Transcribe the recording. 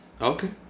Okay